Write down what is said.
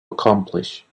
accomplish